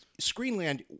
Screenland